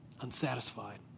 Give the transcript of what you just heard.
unsatisfied